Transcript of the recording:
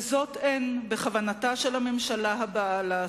וזאת אין בכוונתה של הממשלה הבאה לעשות.